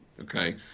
okay